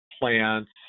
plants